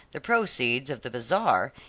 the proceeds of the bazaar,